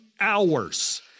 hours